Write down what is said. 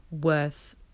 worth